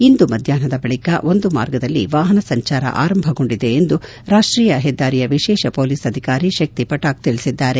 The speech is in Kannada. ಇಂದು ಮಧ್ವಾಹ್ನದ ಬಳಿಕ ಒಂದು ಮಾರ್ಗದಲ್ಲಿ ವಾಹನ ಸಂಚಾರ ಆರಂಭಗೊಂಡಿದೆ ಎಂದು ರಾಷ್ಟೀಯ ಹೆದ್ದಾರಿಯ ವಿಶೇಷ ಪೊಲೀಸ್ ಅಧಿಕಾರಿ ಶಕ್ತಿ ಪಟಾಕ್ ತಿಳಿಸಿದ್ದಾರೆ